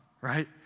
Right